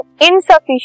insufficient